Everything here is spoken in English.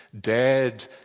dead